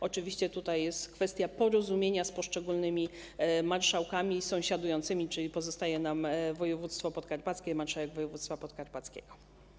Oczywiście tutaj jest kwestia porozumienia z poszczególnymi marszałkami sąsiadującymi, czyli pozostaje nam kwestia województwa podkarpackiego, marszałka województwa podkarpackiego.